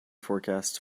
forecast